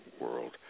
world